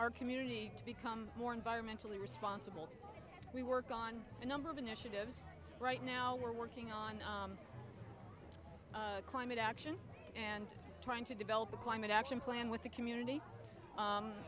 our community to become more environmentally responsible we work on a number of initiatives right now we're working on climate action and trying to develop a climate action plan with the community